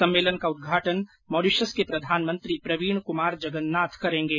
सम्मेलन का उद्घाटन मॉरिशस के प्रधानमंत्री प्रवीण कुमार जगन्नाथ करेंगे